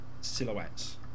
silhouettes